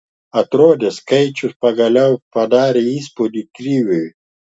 atrodė skaičius pagaliau padarė įspūdį kriviui